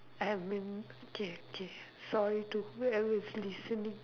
I mean okay okay sorry to why I was listening